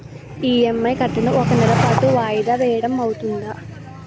EMI కట్టడం ఒక నెల పాటు వాయిదా వేయటం అవ్తుందా?